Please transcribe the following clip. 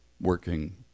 working